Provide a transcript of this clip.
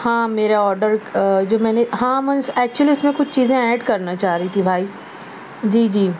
ہاں میرا آڈر جو میں نے ہاں منس ایکچولی اس میں کچھ چیزیں ایڈ کرنا چاہ رہی تھی بھائی جی جی